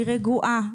היא רגועה.